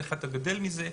איך אתה גדל מזה?